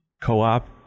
co-op